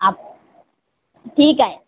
आप ठीक आहे